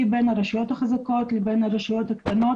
בין הרשויות החזקות לבין הרשויות הקטנות